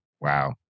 Wow